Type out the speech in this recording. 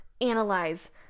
analyze